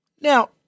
Now